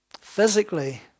Physically